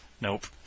Nope